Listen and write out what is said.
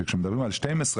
שכשמדברים על 12,